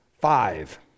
five